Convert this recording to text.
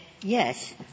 yes